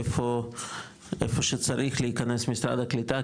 איפה שצריך להיכנס משרד הקליטה,